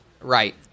Right